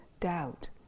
doubt